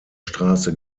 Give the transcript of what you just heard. straße